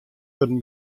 wurden